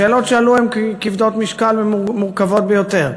השאלות שעלו הן כבדות משקל ומורכבות ביותר,